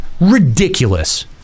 Ridiculous